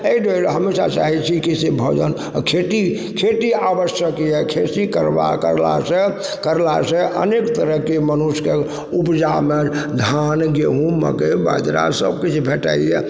अइ दुआरे हमसब चाहय छी कि से भोजन खेती खेती आवश्यक यऽ खेती करबा करलासँ करलासँ अनेक तरहके मनुष्यके उपजामे धान गेहूँ मकइ बाजरा सब किछु भेटइए